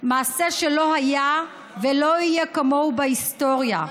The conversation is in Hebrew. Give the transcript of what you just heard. מעשה שלא היה ולא יהיה כמוהו בהיסטוריה.